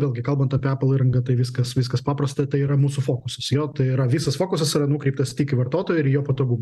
vėlgi kalbant apie apple įrangą tai viskas viskas paprasta tai ramus fokusus jo tai yra visas fokusas yra nukreiptas tik į vartotoją ir jo patogumą